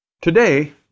Today